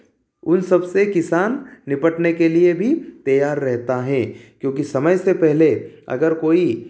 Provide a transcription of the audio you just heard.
उन सबसे किसान निपटने के लिए भी तैयार रहता है क्योंकि समय से पहले अगर कोई